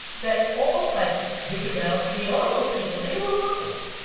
that all like, richard roundtree, all those people, they were models.